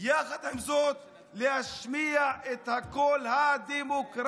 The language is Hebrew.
ויחד עם זאת להשמיע את הקול הדמוקרטי